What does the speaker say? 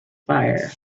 fire